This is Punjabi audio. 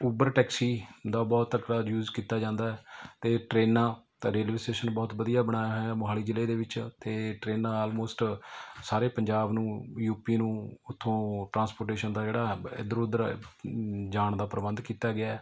ਉਬਰ ਟੈਕਸੀ ਦਾ ਬਹੁਤ ਤਕੜਾ ਯੂਜ ਕੀਤਾ ਜਾਂਦਾ ਅਤੇ ਟਰੇਨਾਂ ਰੇਲਵੇ ਸਟੇਸ਼ਨ ਬਹੁਤ ਵਧੀਆ ਬਣਾਇਆ ਹੋਇਆ ਮੋਹਾਲੀ ਜ਼ਿਲ੍ਹੇ ਦੇ ਵਿੱਚ ਅਤੇ ਟਰੇਨਾਂ ਆਲਮੋਸਟ ਸਾਰੇ ਪੰਜਾਬ ਨੂੰ ਯੂਪੀ ਨੂੰ ਉੱਥੋਂ ਟ੍ਰਾਂਸਪੋਰਟੇਸ਼ਨ ਦਾ ਜਿਹੜਾ ਇੱਧਰ ਉੱਧਰ ਜਾਣ ਦਾ ਪ੍ਰਬੰਧ ਕੀਤਾ ਗਿਆ